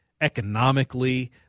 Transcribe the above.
economically